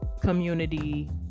community